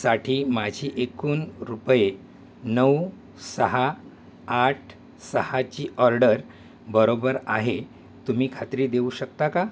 साठी माझी एकूण रुपये नऊ सहा आठ सहाची ऑर्डर बरोबर आहे तुम्ही खात्री देऊ शकता का